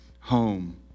home